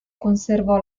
conservò